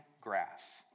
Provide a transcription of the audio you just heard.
grass